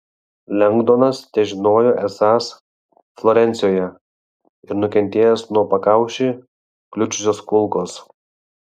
lengdonas težinojo esąs florencijoje ir nukentėjęs nuo pakaušį kliudžiusios kulkos